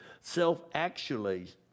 self-actualization